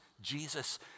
Jesus